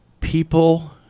people